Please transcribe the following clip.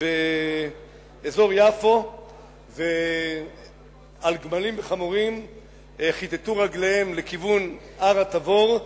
באזור יפו ועל גמלים וחמורים כיתתו רגליהם לכיוון הר התבור.